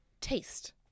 Taste